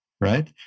right